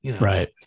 Right